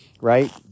right